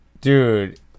Dude